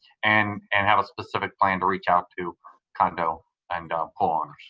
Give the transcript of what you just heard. and and have a specific plan to reach out to condo and pool